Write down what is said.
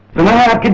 lot.